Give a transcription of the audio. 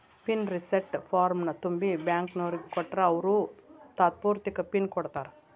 pin reset ಫಾರ್ಮ್ನ ತುಂಬಿ ಬ್ಯಾಂಕ್ನೋರಿಗ್ ಕೊಟ್ರ ಅವ್ರು ತಾತ್ಪೂರ್ತೆಕ ಪಿನ್ ಕೊಡ್ತಾರಾ